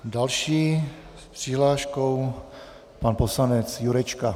Další s přihláškou je pan poslanec Jurečka.